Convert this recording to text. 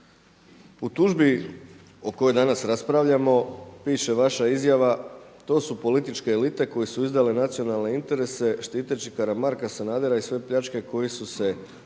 u tužbi o kojoj danas raspravljamo piše vaša izjava „to su političke elite koje su izdale nacionalne interese štiteći Karamarka, Sanadera i sve pljačke koje su se ranije